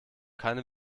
keine